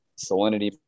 salinity